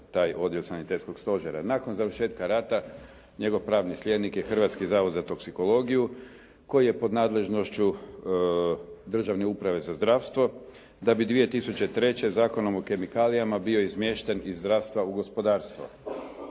taj Odjel sanitetskog stožera. Nakon završetka rata njegov pravni slijednik je Hrvatski zavod za toksikologiju koji je pod nadležnošću Državne uprave za zdravstvo, da bi 2003. Zakonom o kemikalijama bio izmješten iz zdravstva u gospodarstvo.